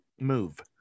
Move